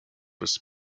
was